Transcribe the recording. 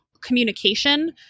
communication